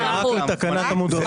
תודה.